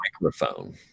microphone